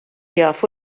jafu